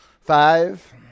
Five